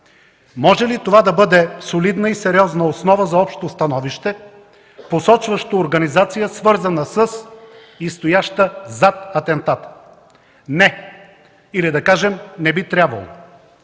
Може ли това да бъде солидна и сериозна основа за общо становище, посочващо организация, свързана със и стояща зад атентата? Не. Или да кажем – не би трябвало.